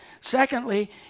Secondly